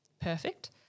perfect